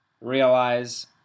realize